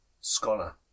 scholar